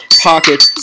pocket